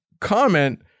comment